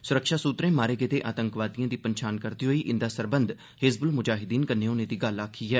स्रक्षा स्त्रै मारे गेदे आतंकिएं दी पन्छान करदे होई इंदा सरबंध हिज्बुल मुजाहिद्दीन कन्नै होने दी गल्ल आक्खी ऐ